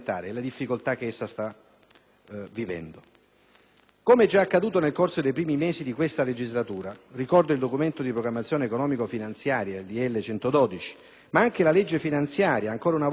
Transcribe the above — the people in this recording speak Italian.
Come già accaduto nel corso dei primi mesi di questa legislatura (ricordo il Documento di programmazione economico-finanziaria, il decreto-legge n. 112, ma anche la legge finanziaria), ancora una volta l'agroalimentare, e con esso le tante eccellenze del *made in Italy*,